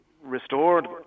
Restored